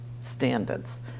standards